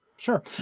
Sure